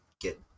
get